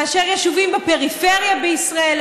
מאשר יישובים בפריפריה בישראל,